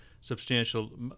substantial